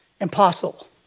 impossible